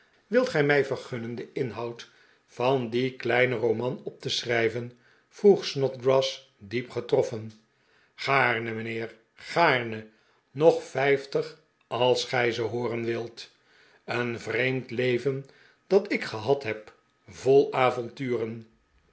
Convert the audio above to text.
wilt gij mij vergunnen den inhoud van dien kleinen roman op te schrijven vroeg snodgrass diep getroffen gaarne mijnheer gaarne nog vijftig als gij ze hooren wilt een vreemd leven dat ik gehad het vol avonturen